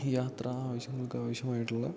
യാത്രാ ആവശ്യങ്ങൾക്ക് ആവശ്യമായിട്ടുള്ള